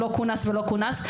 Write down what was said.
שלא כונס ולא כונס.